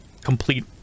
complete